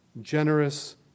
generous